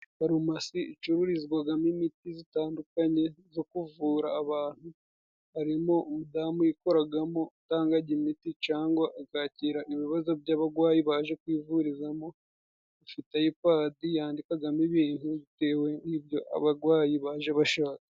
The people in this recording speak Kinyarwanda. Farumasi icururizwagamo imiti zitandukanye zo kuvura abantu. Harimo umudamu uyikoragamo utangaga imeti, cangwa akakira ibibazo by'abagwayi baje kwivurizamo. Afite ayipadi yandikagamo ibintu, bitewe n'ibyo abagwayi baje bashaka.